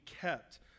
kept